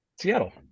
Seattle